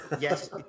Yes